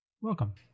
Welcome